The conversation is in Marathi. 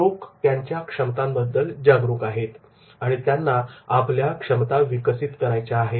लोक त्यांच्या क्षमतांबद्दल जागरूक आहेत आणि त्यांना आपल्या क्षमता विकसित करायच्या आहेत